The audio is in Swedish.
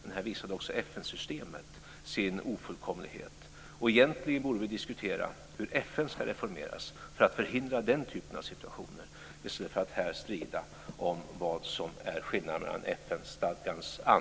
Men här visade också FN-systemet sin ofullkomlighet. Egentligen borde vi diskutera hur FN ska reformeras för att förhindra den typen av situationer i stället för att här strida om vad som är skillnaden mellan